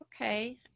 Okay